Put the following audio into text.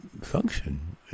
function